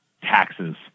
taxes